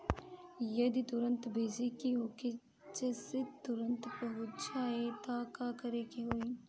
जदि तुरन्त भेजे के होखे जैसे तुरंत पहुँच जाए त का करे के होई?